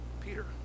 Peter